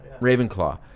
Ravenclaw